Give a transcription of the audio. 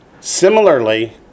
Similarly